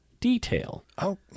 detail